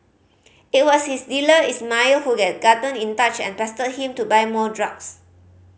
it was his dealer Ismail who gotten in touch and pestered him to buy more drugs